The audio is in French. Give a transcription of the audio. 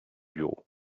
bureau